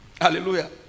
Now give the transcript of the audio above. Hallelujah